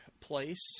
place